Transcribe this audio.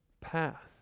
path